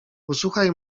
usłuchaj